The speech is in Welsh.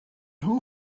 nhw